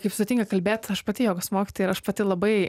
kaip sudėtinga kalbėt aš pati jogos mokytoja ir aš pati labai